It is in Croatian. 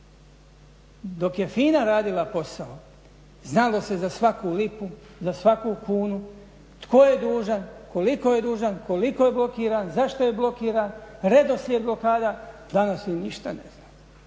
Dok je FINA radila posao znalo se za svaku lipu, za svaku kunu, tko je dužan, koliko je dužan, koliko je blokiran, zašto je blokiran, redoslijed blokada. Danas se ništa ne zna,